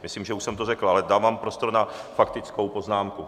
Myslím, že už jsem to řekl, ale dávám prostor na faktickou poznámku.